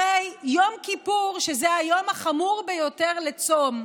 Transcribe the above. הרי יום כיפור, שזה היום החמור ביותר לצום,